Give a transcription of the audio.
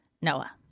Noah